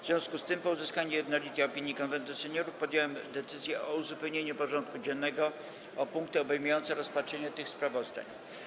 W związku z tym, po uzyskaniu jednolitej opinii Konwentu Seniorów, podjąłem decyzję o uzupełnieniu porządku dziennego o punkty obejmujące rozpatrzenie tych sprawozdań.